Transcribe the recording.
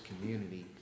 community